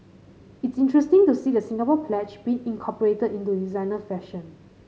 it's interesting to see the Singapore Pledge being incorporated into designer fashion